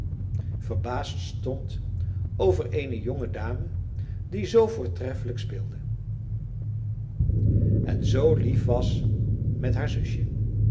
verbaasd stond over eene jonge dame die zoo voortreffelijk speelde en zoo lief was met haar zusje